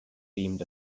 themed